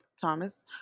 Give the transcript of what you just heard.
Thomas